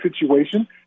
situation